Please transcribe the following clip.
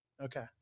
Okay